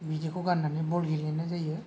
बिदिखौ गान्नानै बल गेलेनाय जायो